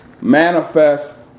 manifest